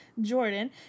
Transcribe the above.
jordan